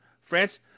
France